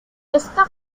esta